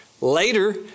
Later